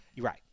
Right